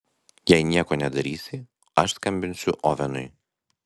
jei nieko nedarysi aš skambinsiu ovenui